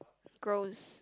gross